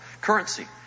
currency